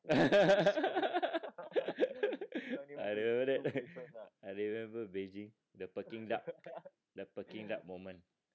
I remember that I remember beijing the peking duck the peking duck moment